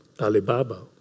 Alibaba